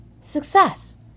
success